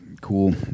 Cool